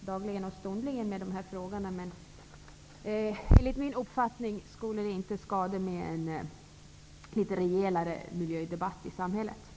dagligen och stundligen arbetar med dessa frågor, men enligt min uppfattning skulle det inte skada med en litet rejälare miljödebatt i samhället.